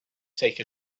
take